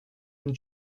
and